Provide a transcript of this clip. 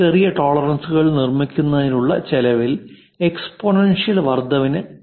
ചെറിയ ടോളറൻസുകൾ നിർമ്മിക്കുന്നതിനുള്ള ചെലവിൽ എക്സ്പോണൻഷ്യൽ വർദ്ധനവിന് കാരണമാകുന്നു